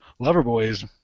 Loverboy's